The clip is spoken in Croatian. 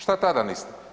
Šta tada niste?